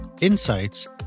insights